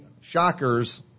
shockers